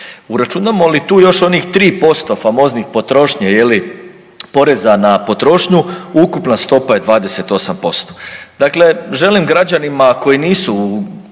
Uračunamo li tu još onih 3% famoznih potrošnje poreza na potrošnju, ukupna stopa je 28%.